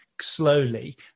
slowly